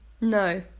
No